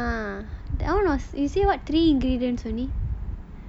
ya that [one] you say what three ingredients only